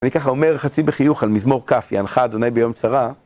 אני ככה אומר חצי בחיוך על מזמור כ', הנחה אדוני ביום צרה.